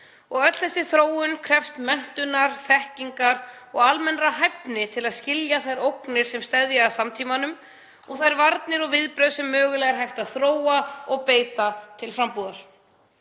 Öll þessi þróun krefst menntunar, þekkingar og almennrar hæfni til að skilja þær ógnir sem steðja að samtímanum og þær varnir og viðbrögð sem mögulega er hægt að þróa og beita til frambúðar.